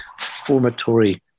formatory